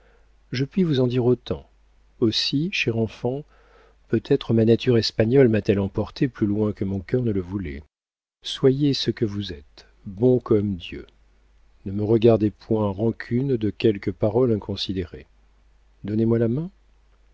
je puis vous en dire autant aussi cher enfant peut-être ma nature espagnole m'a-t-elle emportée plus loin que mon cœur ne le voulait soyez ce que vous êtes bon comme dieu ne me gardez point rancune de quelques paroles inconsidérées donnez-moi la main